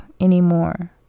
anymore